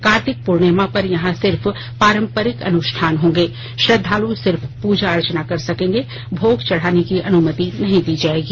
कार्तिक पूर्णिमा पर यहां सिर्फ पारंपरिक अनुष्ठान होंगे श्रद्वाल् सिर्फ पूजा अर्चना कर सकेंगे भोग चढ़ाने की अनुमतिं नहीं दी जाएगी